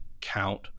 count